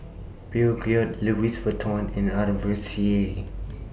Peugeot Louis Vuitton and R V C A